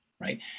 Right